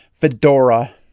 fedora